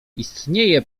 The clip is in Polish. istnieje